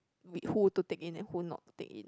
we who to take in and who not to take in